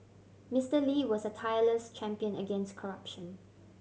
Mister Lee was a tireless champion against corruption